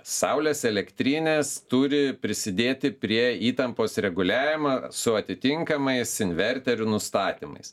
saulės elektrinės turi prisidėti prie įtampos reguliavimo su atitinkamais inverterių nustatymais